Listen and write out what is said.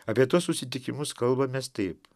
apie tuos susitikimus kalbamės taip